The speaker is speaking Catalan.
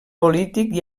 polític